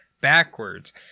backwards